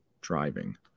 driving